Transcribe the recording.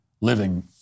living